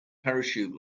parachute